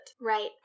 Right